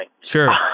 Sure